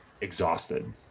exhausted